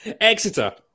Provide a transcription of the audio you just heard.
Exeter